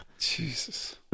Jesus